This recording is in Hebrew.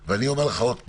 בסדר.